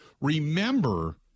remember